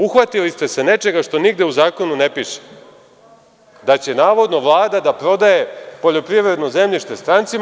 Uhvatili ste se nečega što nigde u zakonu ne piše, da će navodno Vlada da prodaje poljoprivredno zemljište strancima.